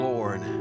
Lord